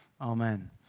Amen